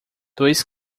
dois